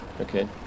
okay